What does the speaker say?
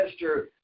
Mr